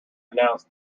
announced